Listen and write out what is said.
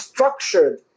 structured